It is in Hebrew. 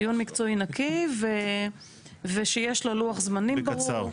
דיו ומקצועי נקי, ושיש לו לוח זמנים ברור,